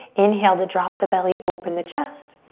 inhale to drop the belly, open the chest.